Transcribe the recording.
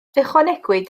ychwanegwyd